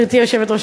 גברתי היושבת-ראש,